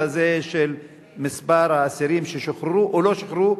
הזה של מספר האסירים ששוחררו או לא שוחררו,